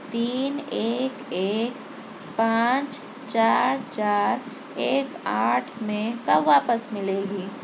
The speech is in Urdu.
تین ایک ایک پانچ چار چار ایک آٹھ میں کب واپس مِلے گی